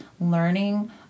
learning